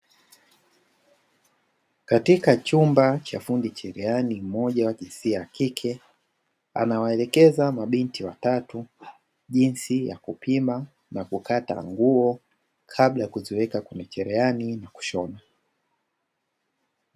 Katika chumba cha fundi cherehani mmjoja wa jinsi ya kike, anawaelekeza mabinti watatu jinsi ya kupima na kukakata nguo kabla ya kuziweka kwenye cherehani na kushona.